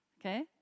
Okay